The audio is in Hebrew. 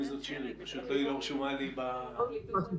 להשיב.